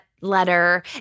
letter